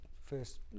first